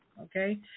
okay